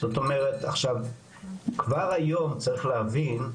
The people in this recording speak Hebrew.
זאת אומרת, כבר היום צריך להבין,